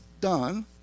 done